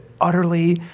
utterly